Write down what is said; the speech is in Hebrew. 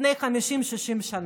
לפני חמישים או שישים שנים,